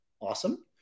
Awesome